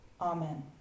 Amen